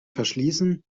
verschließen